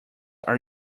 are